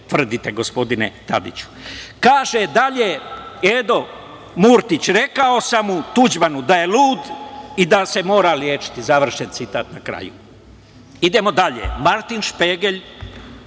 tvrdite, gospodine Tadiću? Kaže dalje Edo Murtić – rekao sam Tuđmanu da je lud i da se mora lečiti, završen citat. Idemo dalje, Martin Špegelj,